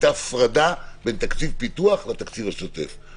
הייתה הפרדה בין תקציב פיתוח לתקציב השוטף.